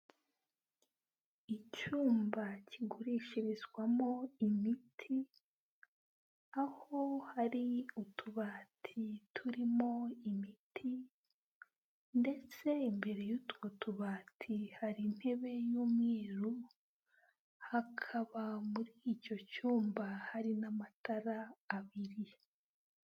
Icyumba kigurishirizwamo imiti, aho hari utubati turimo imiti, ndetse imbere y'utwo tubati hari intebe y'umweru, hakaba muri icyo cyumba, hari n'amatara abiri.